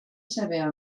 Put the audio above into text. saber